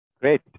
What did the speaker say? Great